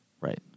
Right